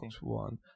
One